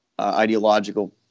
ideological